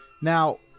Now